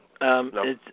No